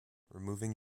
removing